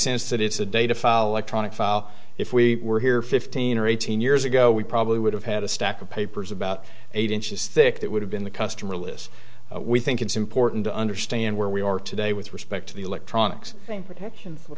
sense that it's a data file electronic file if we were here fifteen or eighteen years ago we probably would have had a stack of papers about eight inches thick that would have been the customer list we think it's important to understand where we are today with respect to the electronics think protections